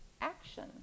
action